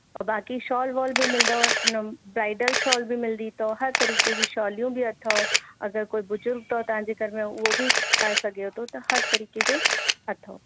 और बाक़ी शॉल वॉल बि मिलंदव न ब्राइडल शॉल बि मिलंदी अथव हर तरीक़े जी शॉलियूं बि अथव अगरि कोई बुज़ुर्ग अथव तव्हांजो घर में उहो बि पाए सघेव थो त हर तरीक़े जो अथव